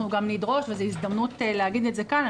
אנחנו גם נדרוש וזו הזדמנות להגיד את זה כאן,